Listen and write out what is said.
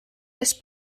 les